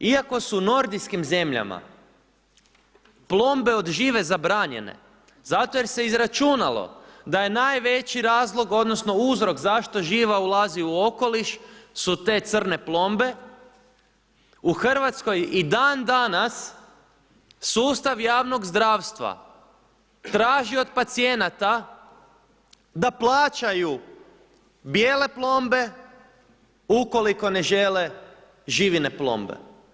Iako su u nordijskim zemljama plombe od žive zabranjene zato jer se izračunalo da je najveći razlog odnosno uzrok zašto živa ulazi u okoliš su te crne plombe, u Hrvatskoj i dan danas sustav javnog zdravstva traži od pacijenata da plaćaju bijele plombe ukoliko ne žele živine plombe.